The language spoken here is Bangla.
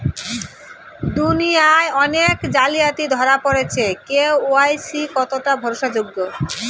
দুনিয়ায় অনেক জালিয়াতি ধরা পরেছে কে.ওয়াই.সি কতোটা ভরসা যোগ্য?